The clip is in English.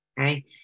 Okay